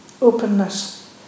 openness